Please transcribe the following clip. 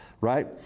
Right